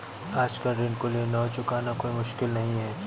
आजकल ऋण को लेना और चुकाना कोई मुश्किल नहीं है